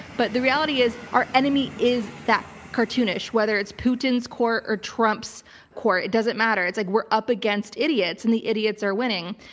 but the reality is our enemy is that cartoonish. whether it's putin's court or trump's court, it doesn't matter. it's like we're up against idiots and the idiots are winning.